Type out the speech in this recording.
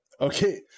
okay